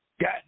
got